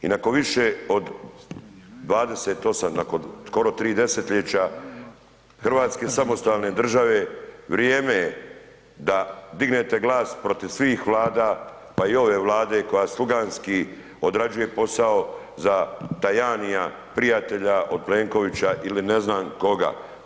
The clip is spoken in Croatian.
I nakon više od 28, nakon skoro 3 desetljeća Hrvatske samostalne države, vrijeme je da dignete glas protiv svih vlada pa i ove vlade koja sluganjski odrađuje posao za Tajanija, prijatelja od Plenkovića ili ne znam koga.